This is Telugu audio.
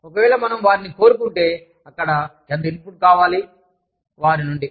ఒకవేళ మనము వారిని కోరుకుంటే అక్కడ ఎంత ఇన్పుట్ కావాలి వారి నుండి